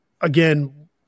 again